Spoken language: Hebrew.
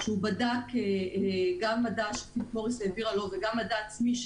בה הוא בדק גם מידע שפיליפ מוריס העבירה לו וגם מידע עצמי.